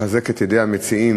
לחזק את ידי המציעים,